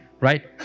right